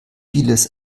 vieles